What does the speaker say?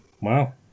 Wow